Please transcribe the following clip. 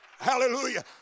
hallelujah